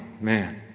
man